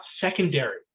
secondary